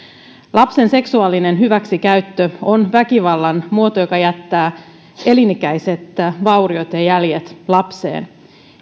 lapsen seksuaalinen hyväksikäyttö on väkivallan muoto joka jättää elinikäiset vauriot ja jäljet lapseen